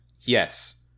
yes